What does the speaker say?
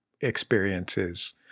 experiences